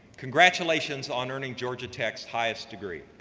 congratulations on earning georgia tech's highest degree,